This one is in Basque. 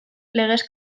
legez